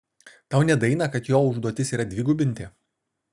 tau nedaeina kad jo užduotis yra dvigubinti